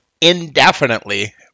indefinitely